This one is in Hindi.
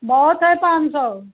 बहुत है पाँच सौ